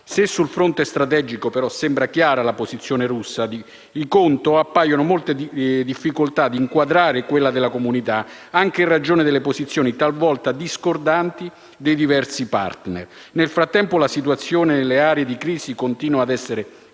Se sul fronte strategico, però, sembra chiara la posizione russa, di contro vi sono molte difficoltà nell'inquadrare quella della comunità internazionale, anche in ragione delle posizioni talvolta discordanti dei diversi *partner*. Nel frattempo, la situazione nelle aree di crisi continua a essere drammatica